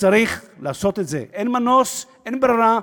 צריך לעשות את זה, אין מנוס, אין ברירה.